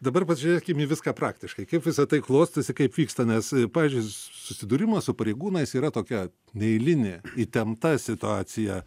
dabar pasižiūrėkim į viską praktiškai kaip visa tai klostosi kaip vyksta nes pavyzdžiui susidūrimo su pareigūnais yra tokia neeilinė įtempta situacija